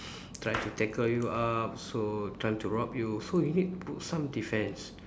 trying to tackle you up so trying to rob you so you need some defense